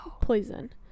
Poison